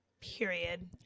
Period